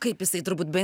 kaip jisai turbūt be